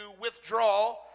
withdraw